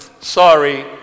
sorry